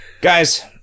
Guys